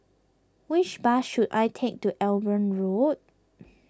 which bus should I take to Eben Road